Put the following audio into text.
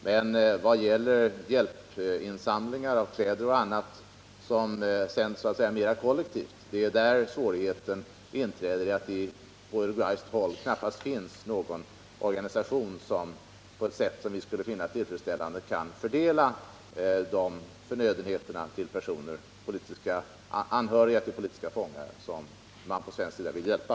Men vad gäller hjälpinsamlingar av kläder och annat som sänds så att säga mera kollektivt inträder svårigheter genom att det på uruguayskt håll knappast finns någon organisation som på ett sätt som vi skulle finna tillfredsställande kan fördela dessa förnödenheter till de personer, dvs. anhöriga till politiska fångar, som man från svensk sida vill hjälpa.